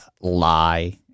lie